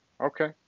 Okay